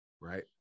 Right